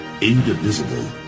indivisible